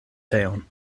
teon